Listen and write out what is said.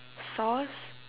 sauce